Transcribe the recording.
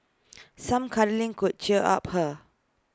some cuddling could cheer up her